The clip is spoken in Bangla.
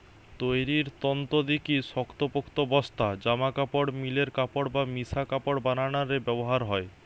তৈরির তন্তু দিকি শক্তপোক্ত বস্তা, জামাকাপড়, মিলের কাপড় বা মিশা কাপড় বানানা রে ব্যবহার হয়